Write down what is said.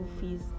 fees